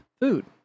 food